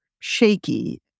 shaky